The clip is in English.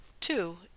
Two